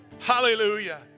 Hallelujah